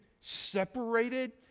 separated